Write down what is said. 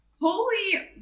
holy